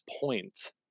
point